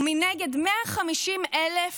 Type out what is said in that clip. ומנגד 150,000